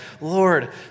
Lord